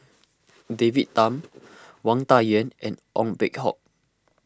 David Tham Wang Dayuan and Ong Peng Hock